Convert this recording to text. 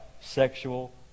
sexual